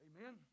Amen